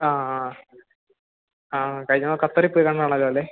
ആ ആ ആ കഴിഞ്ഞതവണ ഖത്തറിൽ പോയി കണ്ടതാണല്ലോ അല്ലേ